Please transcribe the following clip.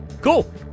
cool